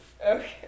Okay